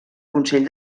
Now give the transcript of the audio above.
consell